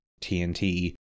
TNT